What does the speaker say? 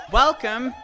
welcome